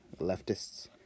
leftists